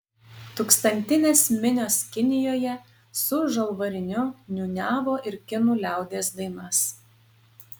tūkstantinės minios kinijoje su žalvariniu niūniavo ir kinų liaudies dainas